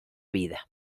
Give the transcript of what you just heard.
vida